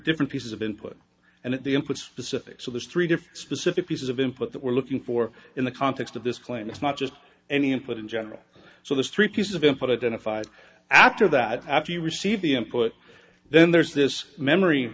different pieces of input and the input specific so there's three different specific pieces of input that we're looking for in the context of this claim it's not just any input in general so there's three pieces of input identified after that after you receive the input then there's this memory